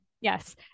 yes